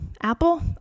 Apple